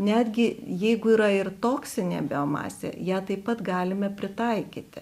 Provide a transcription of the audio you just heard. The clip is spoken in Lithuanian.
netgi jeigu yra ir toksinė biomasė ją taip pat galime pritaikyti